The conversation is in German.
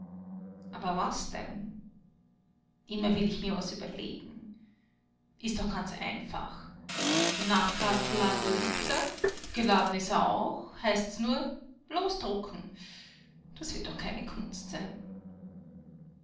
aber was denn immer will ich mir was überlegen ist doch ganz einfach im nachtkastelladel liegt er geladen ist er auch heißt's nur losdrucken das wird doch keine kunst sein